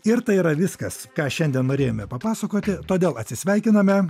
ir tai yra viskas ką šiandien norėjome papasakoti todėl atsisveikiname